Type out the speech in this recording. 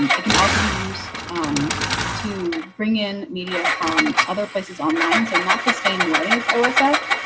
and it can also be used um to bring in media from other places online. so not the same way as ah as osf